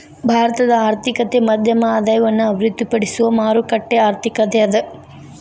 ಭಾರತದ ಆರ್ಥಿಕತೆ ಮಧ್ಯಮ ಆದಾಯವನ್ನ ಅಭಿವೃದ್ಧಿಪಡಿಸುವ ಮಾರುಕಟ್ಟೆ ಆರ್ಥಿಕತೆ ಅದ